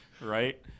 Right